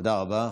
תודה רבה.